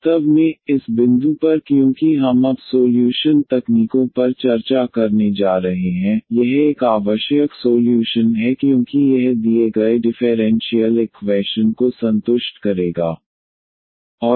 वास्तव में इस बिंदु पर क्योंकि हम अब सोल्यूशन तकनीकों पर चर्चा करने जा रहे हैं यह एक आवश्यक सोल्यूशन है क्योंकि यह दिए गए डिफेरेंशीयल इक्वैशन को संतुष्ट करेगा